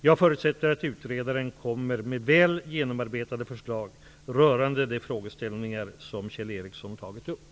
Jag förutsätter att utredaren kommer med väl genomarbetade förslag rörande de frågeställningar som Kjell Ericsson tagit upp.